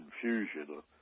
confusion